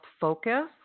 focus